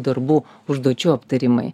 darbų užduočių aptarimai